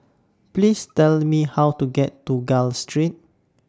Please Tell Me How to get to Gul Street